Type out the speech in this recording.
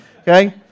okay